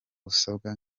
usabwa